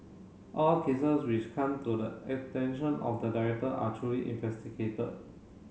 all cases which come to the attention of the director are truly investigated